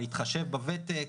להתחשב בוותק,